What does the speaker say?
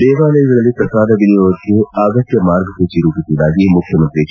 ದೇವಾಲಯಗಳಲ್ಲಿ ಪ್ರಸಾದ ವಿನಿಯೋಗಕ್ಕೆ ಅಗತ್ಯ ಮಾರ್ಗಸೂಚಿ ರೂಪಿಸುವುದಾಗಿ ಮುಖ್ಯಮಂತ್ರಿ ಎಚ್